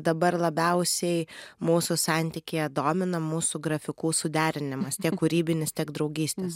dabar labiausiai mūsų santykyje domina mūsų grafikų suderinimas tiek kūrybinis tiek draugystės